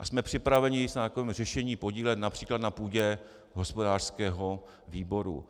Jsme připraveni se na takovém řešení podílet například na půdě hospodářského výboru.